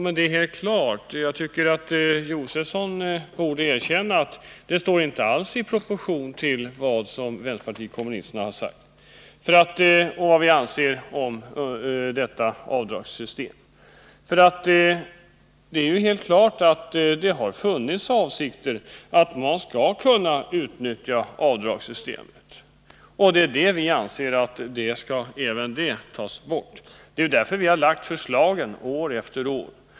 Man kan konstatera att det inte alls står i proportion till det som vänsterpartiet kommunisterna har krävt beträffande detta avdragssystem, och det tycker jag att Stig Josefson kunde erkänna. Det är helt klart att det har funnits avsikter att man skall kunna utnyttja avdragssystemet— och det är sådana saker som vi anser att man skall ta bort. Det är därför vi har lagt fram sådana förslag år efter år.